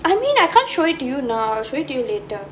I mean I can't show it to you now I'll show it to you later